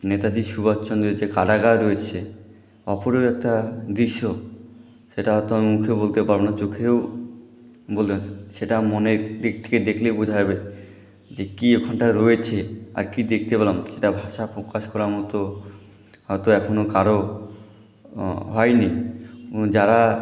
নেতাজি সুভাষচন্দ্রের যে কারাগার রয়েছে অপরূপ একটা দৃশ্য সেটা হয়তো আমি মুখে বলতে পারব না চোখেও সেটা মনের দিক থেকে দেখলে বোঝা যাবে যে কী ওখানটায় রয়েছে আর কী দেখতে পেলাম সেটা ভাষায় প্রকাশ করার মতো হয়তো এখনও কারও হয়নি যারা